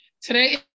Today